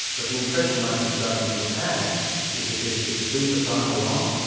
but the impression most australians would have is that there's this super cycle on,